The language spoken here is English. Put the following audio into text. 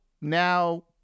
now